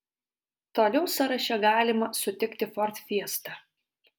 toliau sąraše galima sutikti ford fiesta